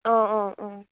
অ অ অ